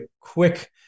quick